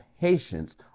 patience